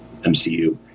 mcu